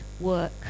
work